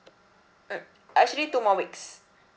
mm actually two more weeks